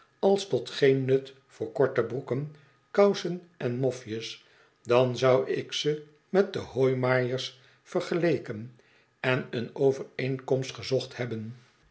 als tot geen nut voor korte broeken kousen en mofjes dan zou ik ze met de hooimaaiers vergeleken en een overeenkomst gezocht hebben